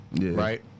Right